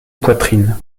poitrine